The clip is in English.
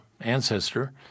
ancestor